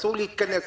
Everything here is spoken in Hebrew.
אסור להתכנס,